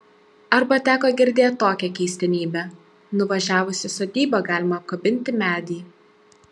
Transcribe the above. arba teko girdėt tokią keistenybę nuvažiavus į sodybą galima apkabinti medį